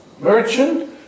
merchant